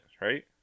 right